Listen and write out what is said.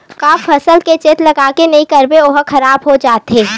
का फसल के चेत लगय के नहीं करबे ओहा खराब हो जाथे?